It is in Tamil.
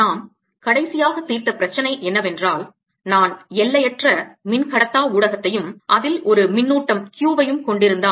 நாம் கடைசியாக தீர்த்தப் பிரச்சினை என்னவென்றால் நான் எல்லையற்ற மின்கடத்தா ஊடகத்தையும் அதில் ஒரு மின்னூட்டம் Q வையும் கொண்டிருந்தால்